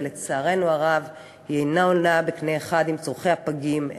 ולצערנו הרב היא אינה עולה בקנה אחד עם צורכי הפגים,